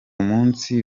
munsi